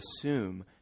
assume